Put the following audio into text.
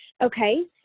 Okay